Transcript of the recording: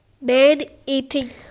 man-eating